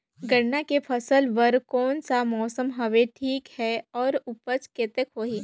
गन्ना के फसल बर कोन सा मौसम हवे ठीक हे अउर ऊपज कतेक होही?